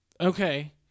okay